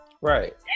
Right